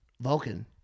Vulcan